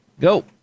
Go